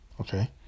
Okay